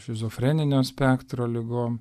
šizofreninio spektro ligom